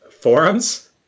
Forums